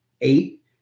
eight